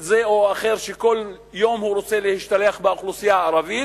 זה או אחר שכל יום רוצה להשתלח באוכלוסייה הערבית,